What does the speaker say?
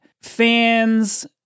fans